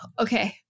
okay